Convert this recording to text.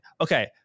Okay